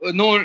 no